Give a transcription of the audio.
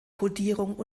kodierung